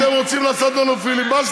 אם אתם רוצים לעשות לנו פיליבסטרים,